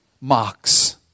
mocks